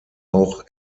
auch